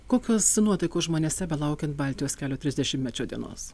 kokios nuotaikos žmonėse belaukiant baltijos kelio trisdešimtmečio dienos